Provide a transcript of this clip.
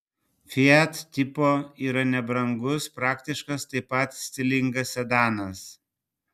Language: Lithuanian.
fiat tipo yra nebrangus praktiškas taip pat stilingas sedanas